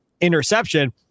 interception